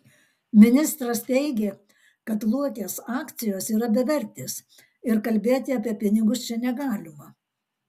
ministras teigė kad luokės akcijos yra bevertės ir kalbėti apie pinigus čia negalima